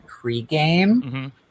pre-game